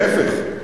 להיפך,